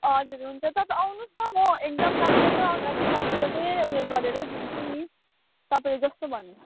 हजुर हुन्छ तपाईँ आउनुहोस् न म एकदम तपाईँको अगाडि मजाले उयो गरेर दिन्छु नि तपाईँले जस्तो भन्नुहुन्छ